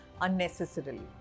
unnecessarily